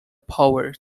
power